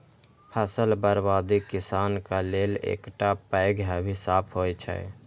फसल बर्बादी किसानक लेल एकटा पैघ अभिशाप होइ छै